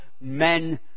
men